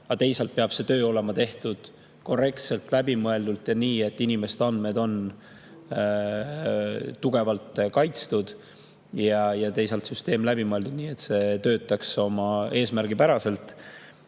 aga teisalt peab see töö olema tehtud korrektselt ja läbimõeldult nii, et inimeste andmed on tugevalt kaitstud. Süsteem [peab olema] läbimõeldud, nii et see töötaks oma eesmärgi päraselt.